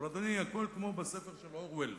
אבל, אדוני, הכול כמו בספר של אורוול,